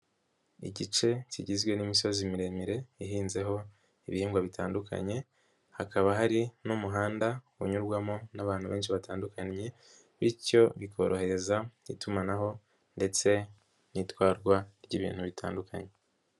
Igice kigizwe n'imisozi miremire ihinzeho ibihingwa bitandukanye, hakaba hari n'umuhanda unyurwamo n'abantu benshi batandukanye, bityo bikorohereza itumanaho ndetse n'itwarwa ry'ibintu bitandukanye.